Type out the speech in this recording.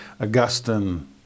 Augustine